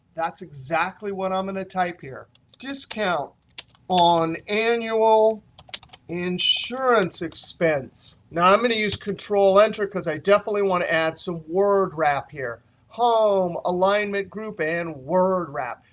that's exactly what i'm going to type here discount on annual insurance expense. now, i'm going to use control-enter. because i definitely want to add some word wrap here home, alignment group, and word wrap.